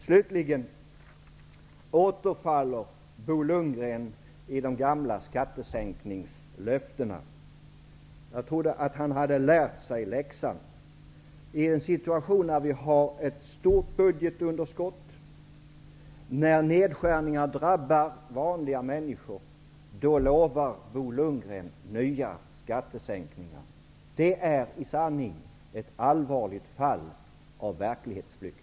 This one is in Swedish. Slutligen återfaller Bo Lundgren i de gamla löftena om skattesänkningar. Jag trodde att han hade lärt sig läxan. I en situation där vi har ett stort budgetunderskott och nedskärningar drabbar vanliga människor, lovar Bo Lundgren nya skattesänkningar. Det är i sanning ett allvarligt fall av verklighetsflykt.